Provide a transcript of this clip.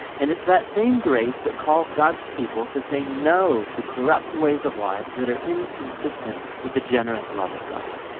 and that same grace that calls god's people to say, no! to corrupt ways of life that are inconsistent with the generous love of god.